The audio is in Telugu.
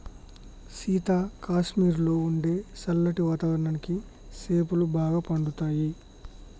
సీత కాశ్మీరులో ఉండే సల్లటి వాతావరణానికి సేపులు బాగా పండుతాయి